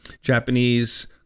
Japanese